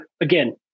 again